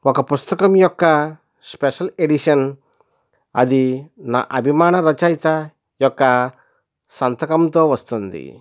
ఒక పుస్తకం యొక్క స్పెషల్ ఎడిషన్ అది నా అభిమాన రచయత యొక్క సంతకంతో వస్తుంది